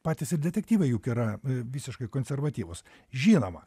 patys ir detektyvai juk yra visiškai konservatyvūs žinoma